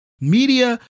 media